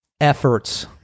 efforts